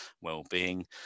well-being